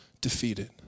defeated